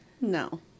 No